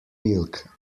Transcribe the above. milk